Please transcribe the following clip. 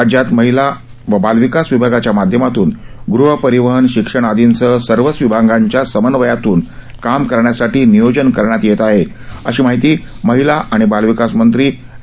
राज्यात महिला व बालविकास विभागाच्या माध्यमातून गृह परिवहन शिक्षण आदींसह सर्वच विभागांच्या समन्वयातून काम करण्यासाठी नियोजन करण्यात येत आहे अशी माहिती महिला आणि बालविकास मंत्री अॅड